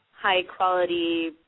high-quality